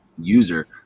user